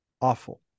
awful